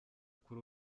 kuri